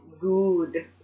good